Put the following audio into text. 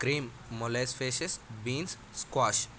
cream molasses beans squash